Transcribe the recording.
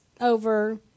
over